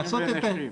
קשישים ונכים.